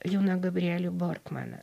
juną gabrielį borkmaną